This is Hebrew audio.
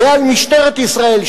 ועל משטרת ישראל,